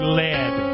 led